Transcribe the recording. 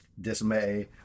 dismay